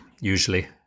usually